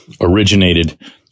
originated